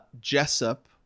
jessup